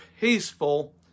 peaceful